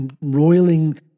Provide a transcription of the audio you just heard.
roiling